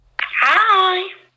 Hi